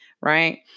right